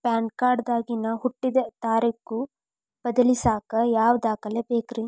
PAN card ದಾಗಿನ ಹುಟ್ಟಿದ ತಾರೇಖು ಬದಲಿಸಾಕ್ ಯಾವ ದಾಖಲೆ ಬೇಕ್ರಿ?